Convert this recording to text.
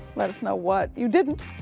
let us know what you didn't.